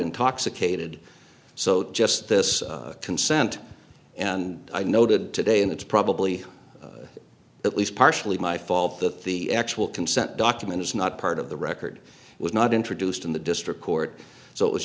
intoxicated so just this consent and i noted today and it's probably at least partially my fault that the actual consent document is not part of the record it was not introduced in the district court so it was